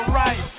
right